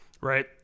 Right